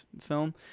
film